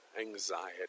anxiety